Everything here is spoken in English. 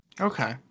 Okay